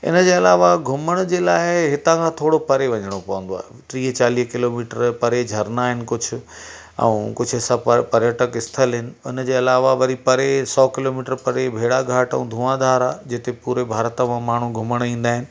इन जे अलावा घुमण जे लाइ हितां खां थोरो परे वञिणो पवंदो आहे टीह चालीह किलोमीटर परे झरना आहिनि कुझु ऐं कुझु स पर्यटक स्थल आहिनि उन जे अलावा वरी परे सौ किलोमीटर परे भेड़ाघाट ऐं धुआंधार आहे जिते पूरे भारत मां माण्हू घुमणु ईंदा आहिनि